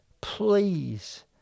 please